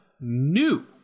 new